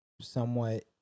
somewhat